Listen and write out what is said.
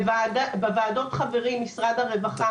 בוועדות חברים משרד הרווחה,